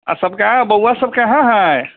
आ सबका बौआ सब कहाँ है